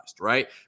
right